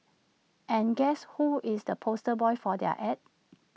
and guess who is the poster boy for their Ad